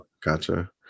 gotcha